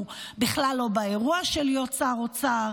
והוא בכלל לא באירוע של להיות שר אוצר.